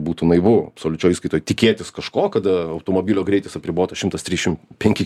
būtų naivu absoliučioj įskaitoj tikėtis kažko kada automobilio greitis apribotas šimtas trisdešim penki